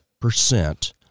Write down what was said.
percent